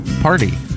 Party